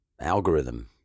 algorithm